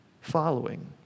following